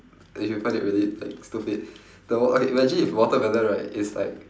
if you find it really like stupid though okay imagine if watermelon right is like